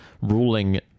ruling